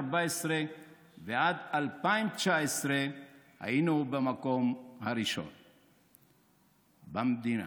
ועד שנת 2019 היינו במקום הראשון במדינה.